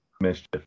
Mischief